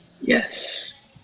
Yes